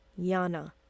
Yana